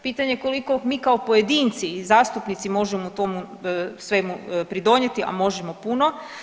Pitanje koliko mi kao pojedinci i zastupnici možemo tomu svemu pridonijeti, a možemo puno.